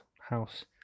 house